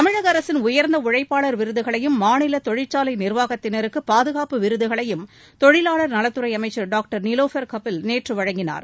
தமிழக அரசின் உயர்ந்த உழைப்பாளர் விருதுகளையும் மாநில தொழிற்சாலை நிர்வாகத்தினருக்கு பாதுகாப்பு விருதுகளையும் தொழிவாளர் நலத்துறை அமைச்சர் டாக்டர் நிலோபர் கபில் நேற்று வழங்கினார்